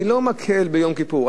אני לא מקל ביום כיפור.